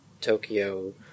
tokyo